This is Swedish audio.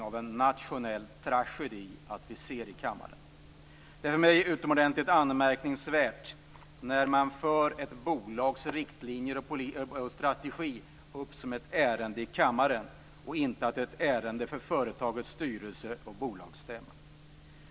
Det är utomordentligt anmärkningsvärt att föra upp riktlinjer och strategi för ett bolag som ett ärende i kammaren i stället för som ett ärende på bolagets stämma.